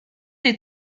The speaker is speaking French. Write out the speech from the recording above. des